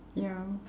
ya